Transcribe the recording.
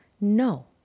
No